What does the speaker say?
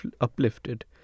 uplifted